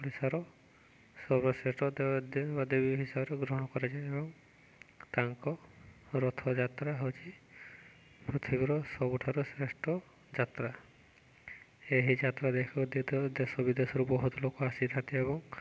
ଓଡ଼ିଶାର ସବ୍ରଶ୍ରେଷ୍ଠ ଦେବା ଦେବୀ ହିସାବରେ ଗ୍ରହଣ କରାଯାଏ ଏବଂ ତାଙ୍କ ରଥଯାତ୍ରା ହେଉଛି ପୃଥିବୀର ସବୁଠାରୁ ଶ୍ରେଷ୍ଠ ଯାତ୍ରା ଏହି ଯାତ୍ରା ଦେଖିବାକୁ ଦେଶ ବିଦେଶରୁ ବହୁତ ଲୋକ ଆସିଥାନ୍ତି ଏବଂ